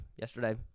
yesterday